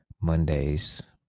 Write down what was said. Monday's